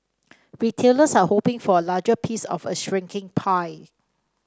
retailers are hoping for a larger piece of a shrinking pie